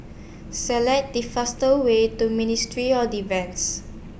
Select The fastest Way to Ministry of Defence